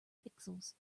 pixels